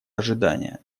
ожидания